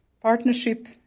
partnership